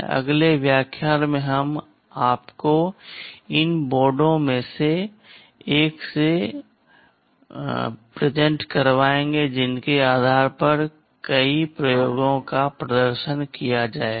अगले व्याख्यान में हम आपको उन बोर्डों में से एक से मिलवाएंगे जिनके आधार पर कई प्रयोगों का प्रदर्शन किया जाएगा